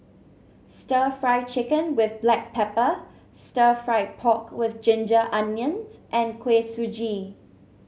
stir Fry Chicken with Black Pepper Stir Fried Pork with Ginger Onions and Kuih Suji